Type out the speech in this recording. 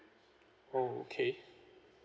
oh okay